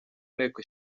nteko